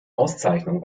auszeichnung